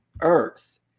earth